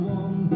one